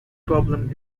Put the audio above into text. problem